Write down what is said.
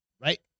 Right